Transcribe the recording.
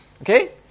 Okay